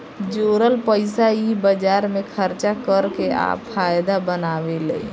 जोरल पइसा इ बाजार मे खर्चा कर के आ फायदा बनावेले